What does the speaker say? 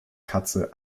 katze